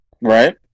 Right